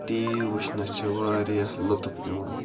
T V وٕچھنَس چھِ واریاہ لُطف یِوان